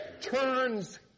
turns